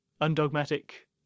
undogmatic